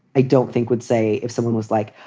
i don't think would say if someone was like,